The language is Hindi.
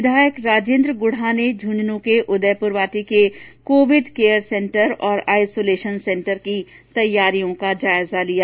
विधायक राजेन्द्र गुढ़ा ने झुंझुनू के उदयपुरवाटी के कोविड केयर तथा आइसोलेशन सेंटर तैयारियों का जायजा लिया